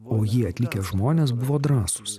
o jį atlikę žmonės buvo drąsūs